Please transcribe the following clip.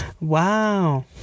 wow